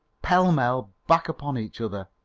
pellmell back upon each other!